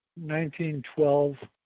1912